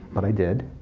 but i did.